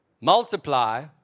multiply